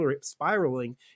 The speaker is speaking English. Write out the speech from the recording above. spiraling